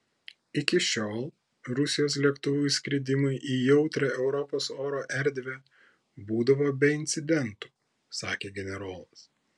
iki šiol rusijos lėktuvų įskridimai į jautrią europos oro erdvę būdavo be incidentų sakė generolas